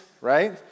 right